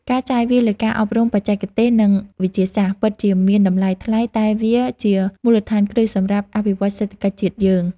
ការចាយវាយលើការអប់រំបច្ចេកទេសនិងវិទ្យាសាស្ត្រ ពិតជាមានតម្លៃថ្លៃតែវាជាមូលដ្ឋានគ្រឹះសម្រាប់អភិវឌ្ឍសេដ្ឋកិច្ចជាតិយើង។